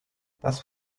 that’s